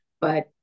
but-